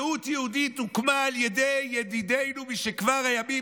זהות יהודית הוקמה על ידי ידידנו משכבר הימים,